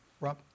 Rob